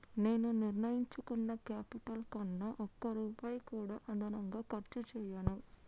నేను నిర్ణయించుకున్న క్యాపిటల్ కన్నా ఒక్క రూపాయి కూడా అదనంగా ఖర్చు చేయను